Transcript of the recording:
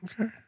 Okay